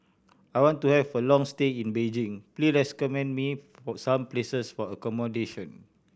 I want to have a long stay in Beijing please recommend me some places for accommodation